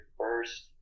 first